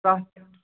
کتھ